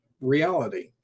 reality